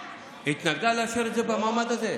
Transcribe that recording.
התנגדה לאשר את זה במעמד הזה.